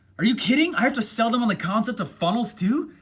are you kidding? i have to sell them on the concept of funnels too.